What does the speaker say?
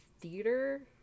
theater